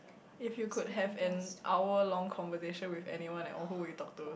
if you could have an hour long conversation with anyone at all who would you talk to